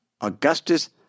Augustus